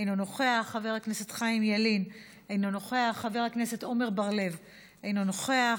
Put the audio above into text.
אינו נוכח, חבר הכנסת חיים ילין, אינו נוכח,